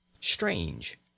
Strange